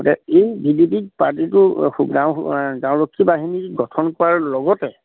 গতিকে এই ভি ডি পি পাৰ্টীটো গাঁও গাঁওৰক্ষী বাহিনী গঠন কৰাৰ লগতে